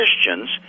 Christians